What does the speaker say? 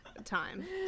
time